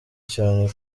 cyane